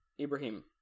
Ibrahim